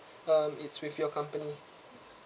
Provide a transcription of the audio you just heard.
um it's with your company